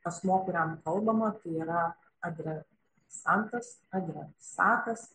asmuo kuriam kalbama tai yra adresantas andresatas